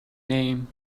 name